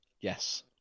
Yes